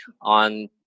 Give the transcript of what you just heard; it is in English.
on